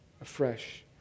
afresh